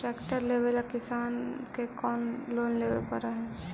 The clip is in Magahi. ट्रेक्टर लेवेला किसान के कौन लोन लेवे पड़तई?